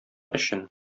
өчен